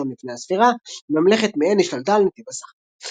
ה-1 לפנה"ס, ממלכת מעין השתלטה על נתיב הסחר.